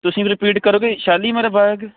ਤੁਸੀਂ ਰਿਪੀਟ ਕਰੋਗੇ ਸ਼ਾਲੀਮਾਰ ਬਾਗ